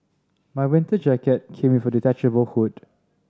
my winter jacket came with a detachable hood